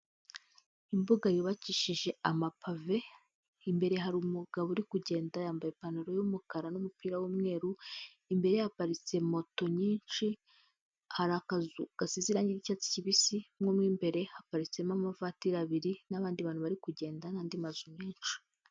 Imbuga yubakishije amapave, imbere hari umugabo uri kugenda yambaye ipantaro y'umukara n'umupira w'umweru, imbere ye haparitse moto nyinshi, hari akazu gasize irange n'icyatsi kibisi, no mo imbere haparitsemo amavatiri abiri, n'abandi bantu bari kugenda n'andi mazu menshi.